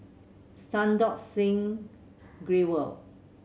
Santokh Singh Grewal